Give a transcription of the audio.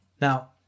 Now